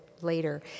later